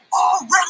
already